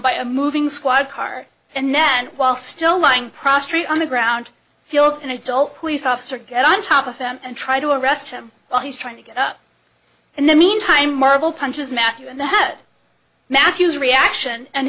a moving squad car and then while still lying prostrate on the ground feels an adult police officer get on top of them and try to arrest him while he's trying to get up in the meantime marvel punches matthew in the head matthews